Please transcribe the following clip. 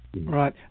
right